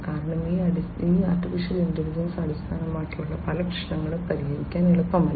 കാരണം ഈ AI അടിസ്ഥാനമാക്കിയുള്ള പല പ്രശ്നങ്ങളും പരിഹരിക്കാൻ എളുപ്പമല്ല